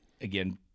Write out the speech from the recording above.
again